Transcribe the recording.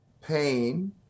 pain